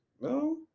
No